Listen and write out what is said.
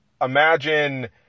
imagine